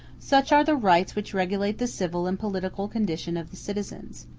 such are the rights which regulate the civil and political condition of the citizens.